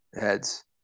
heads